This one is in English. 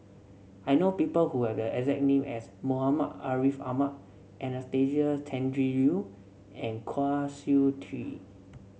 I know people who have the exact name as Muhammad Ariff Ahmad Anastasia Tjendri Liew and Kwa Siew Tee